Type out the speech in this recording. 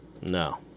No